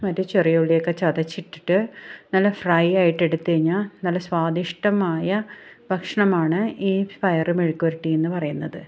മറ്റേ ചെറിയ ഉള്ളിയൊക്കെ ചതച്ച് ഇട്ടിട്ട് നല്ല ഫ്രൈയായിട്ട് എടുത്ത് കഴിഞ്ഞാൽ നല്ല സ്വാദിഷ്ടമായ ഭക്ഷണമാണ് ഈ പയർ മെഴുക്കുവരട്ടി എന്നു പറയുന്നത്